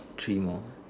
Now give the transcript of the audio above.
three more